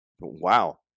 wow